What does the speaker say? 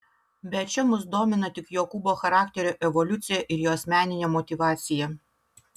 bet čia mus domina tik jokūbo charakterio evoliucija ir jos meninė motyvacija